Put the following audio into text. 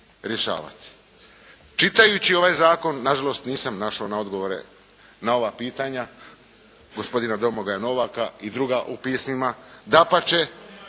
Čitajući ovaj zakon nažalost nisam našao na odgovore na ova pitanja gospodina Domagoja Novaka i druga u pismima. Dapače